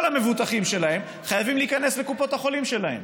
כל המבוטחים שלהם חייבים להיכנס לקופות החולים שלהם